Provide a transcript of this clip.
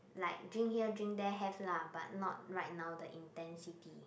like drink here drink there have lah but not right now the intensity